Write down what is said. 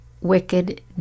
wicked